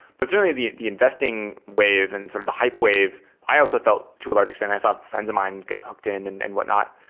but certainly, the the investing wave and sort of the hype wave i also felt to a large extent. i saw friends of mine get hooked in and and whatnot.